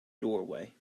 doorway